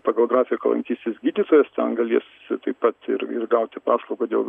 pagal grafiką lankysis gydytojai jos ten galės taip pat ir ir gauti paslaugą dėl